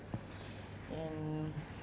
and